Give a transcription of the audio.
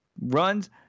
runs